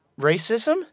racism